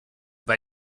bei